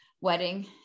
wedding